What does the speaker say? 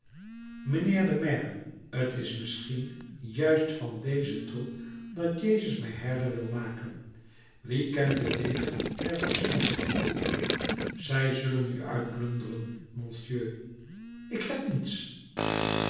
mijnheer de maire t is misschien juist van dezen troep dat jezus mij herder wil maken wie kent de wegen der voorzienigheid zij zullen u uitplunderen monseigneur ik heb niets